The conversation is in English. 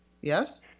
yes